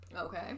Okay